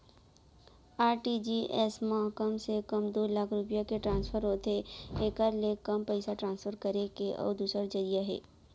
RTGS म कम से कम दू लाख रूपिया के ट्रांसफर होथे एकर ले कम पइसा ट्रांसफर करे के अउ दूसर जरिया हे